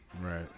right